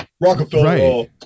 rockefeller